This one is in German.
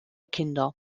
kinder